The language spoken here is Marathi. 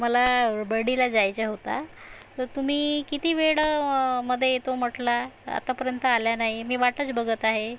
मला बर्डीला जायचं होतं तर तुम्ही किती वेळा मध्ये येतो म्हटला आतापर्यंत आला नाही मी वाटच बघत आहे